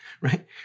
right